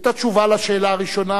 את התשובה על השאלה הראשונה